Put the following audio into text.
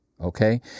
okay